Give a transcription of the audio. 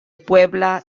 puebla